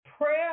Prayer